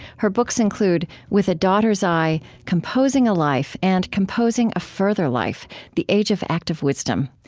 her books include with a daughter's eye, composing a life, and composing a further life the age of active wisdom.